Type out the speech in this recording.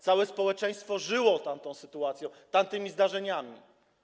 Całe społeczeństwo żyło tamtą sytuacją, tamtymi zdarzeniami.